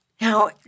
Now